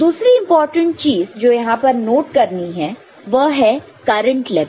दूसरी इंपॉर्टेंट चीज जो यहां पर नोट करनी है वह है करंट लेवल